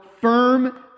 firm